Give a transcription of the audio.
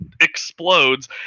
explodes